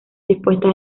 dispuestas